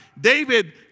David